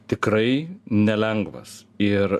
tikrai nelengvas ir